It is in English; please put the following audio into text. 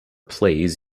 plays